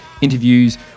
Interviews